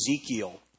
Ezekiel